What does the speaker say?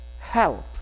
help